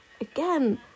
Again